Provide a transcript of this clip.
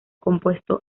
compuesto